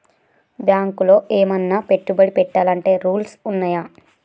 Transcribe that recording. బ్యాంకులో ఏమన్నా పెట్టుబడి పెట్టాలంటే రూల్స్ ఉన్నయా?